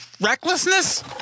recklessness